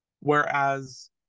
Whereas